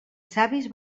savis